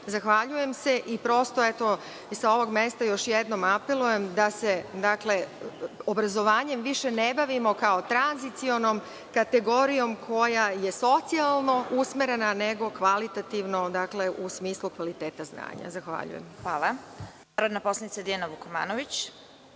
Vreme.)Zahvaljujem se i prosto sa ovoga mesta još jednom apelujem, da se obrazovanjem više ne bavimo kao tranzicionom kategorijom, koja je socijalno usmerena, nego kvalitativno u smislu kvaliteta znanja. Zahvaljujem.